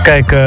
Kijk